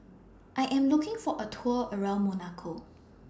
I Am looking For A Tour around Monaco